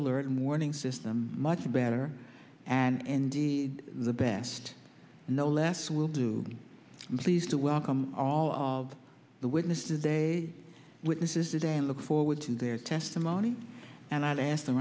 alert and warning system much better and the best no less will do these to welcome all of the witnesses day witnesses today and look forward to their testimony and i asked the